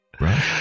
Right